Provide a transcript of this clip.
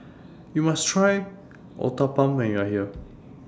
YOU must Try Uthapam when YOU Are here